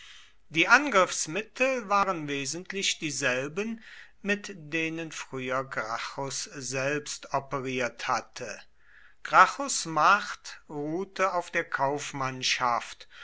die angriffsmittel waren wesentlich dieselben mit denen früher gracchus selbst operiert hatte gracchus macht ruhte auf der kaufmannschaft